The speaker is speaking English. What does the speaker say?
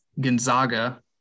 Gonzaga